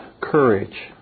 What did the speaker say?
courage